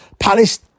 Palace